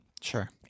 Sure